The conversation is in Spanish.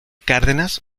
cárdenas